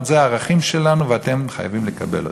זה הערכים שלנו ואתם חייבים לקבל אותם.